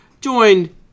Joined